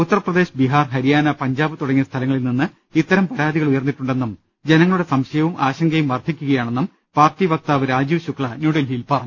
ഉത്തർപ്രദേശ് ബിഹാർ ഹരിയാന പഞ്ചാബ് തുടങ്ങിയ സ്ഥലങ്ങളിൽ നിന്ന് ഇത്തരം പരാതികൾ ഉയർന്നിട്ടുണ്ടെന്നും ജനങ്ങളുടെ സംശയവും ആശങ്കയും വർദ്ധിക്കുകയാണെന്നും പാർട്ടി വക്താവ് രാജീവ് ശുക്ല ന്യൂഡൽഹിയിൽ പറഞ്ഞു